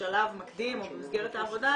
כשלב מקדים או במסגרת העבודה,